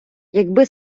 якби